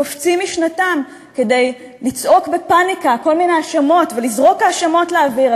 קופצים משנתם כדי לצעוק בפניקה כל מיני האשמות ולזרוק האשמות לאוויר.